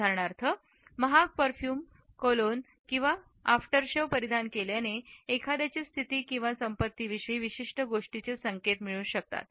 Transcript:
उदाहरणार्थ महाग perfume cologne किंवा आफ्टरशेव्ह परिधान केल्याने एखाद्याच्या स्थिती आणि संपत्ती विषयी विशिष्ट गोष्टीचे संकेत मिळू शकतात